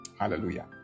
hallelujah